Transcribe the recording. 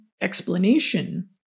explanation